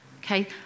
okay